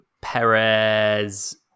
Perez